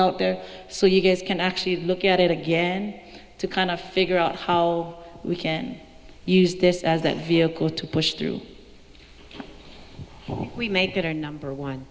out there so you guys can actually look at it again to kind of figure out how we can use this as a vehicle to push through we may get our number one